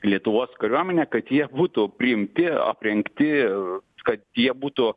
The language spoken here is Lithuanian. lietuvos kariuomenę kad jie būtų priimti aprengti ir kad jie būtų